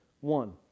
One